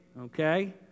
okay